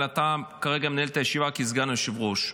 אבל אתה כרגע מנהל את הישיבה כסגן היושב-ראש.